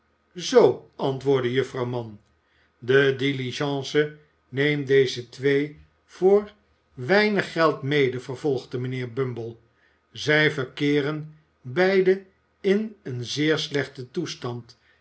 zoo antwoordde juffrouw mann de diligence neemt deze twee voor weinig geld mede vervolgde mijnheer bumble zij verkeeren beiden in een zeer slechten toestand